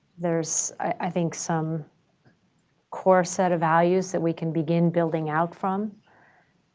there's i think some core set of values that we can begin building out from.